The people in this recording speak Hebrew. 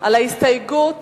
הסתייגות